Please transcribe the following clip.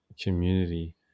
community